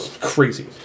Crazy